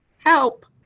help!